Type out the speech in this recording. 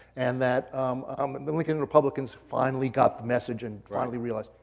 and that um the lincoln republicans finally got the message and finally realized.